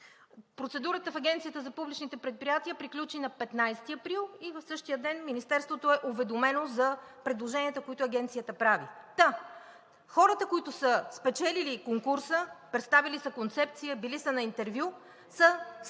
Процедурата в Агенцията за публичните предприятия приключи на 15 април и в същия ден Министерството е уведомено за предложенията, които Агенцията прави. Хората, които са спечелили конкурса – представили са концепция, били са на интервю, са със